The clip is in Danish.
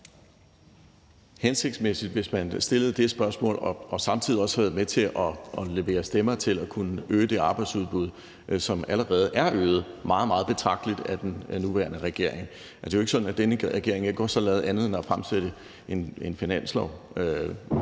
hensigtsmæssigt, hvis man stillede det spørgsmål og samtidig også havde været med til at levere stemmer til at kunne øge det arbejdsudbud, som allerede er øget meget, meget betragteligt af den nuværende regering. Det er jo ikke sådan, at denne regering ikke også har lavet andet end at fremsætte et finanslovsforslag.